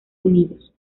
unidos